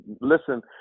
listen